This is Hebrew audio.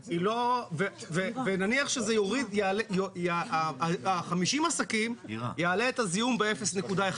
ונניח שה-50 עסקים יעלה את הזיהום ב-0.1.